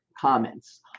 comments